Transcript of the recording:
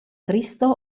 cristo